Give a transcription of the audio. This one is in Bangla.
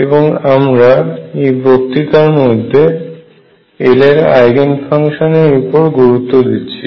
এবং আমরা এই বক্তৃতার মধ্যে L এর আইগেন ফাংশন এর উপর গুরুত্ব দিচ্ছি